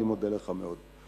אני מודה לך מאוד.